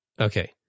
Okay